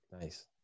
Nice